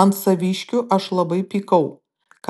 ant saviškių aš labai pykau